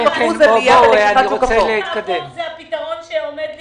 זה הפתרון שעומד לרשותם.